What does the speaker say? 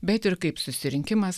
bet ir kaip susirinkimas